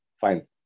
fine